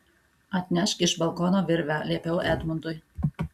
atnešk iš balkono virvę liepiau edmundui